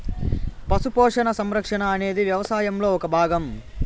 పశు పోషణ, సంరక్షణ అనేది వ్యవసాయంలో ఒక భాగం